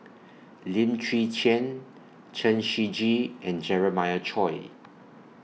Lim Chwee Chian Chen Shiji and Jeremiah Choy